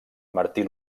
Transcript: martí